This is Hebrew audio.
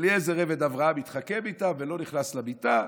אליעזר עבד אברהם התחכם איתם ולא נכנס למיטה.